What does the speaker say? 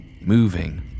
moving